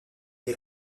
est